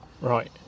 Right